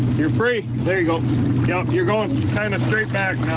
you're free. there you go you're going, kind of straight back